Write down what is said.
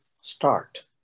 start